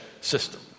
system